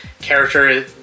character